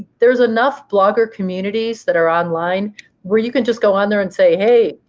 there's enough blogger communities that are online where you can just go on there and say, hey,